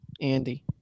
Andy